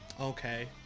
okay